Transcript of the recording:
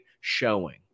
showing